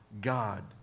God